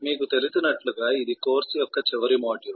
మీకు తెలిసినట్లుగా ఇది కోర్సు యొక్క చివరి మాడ్యూల్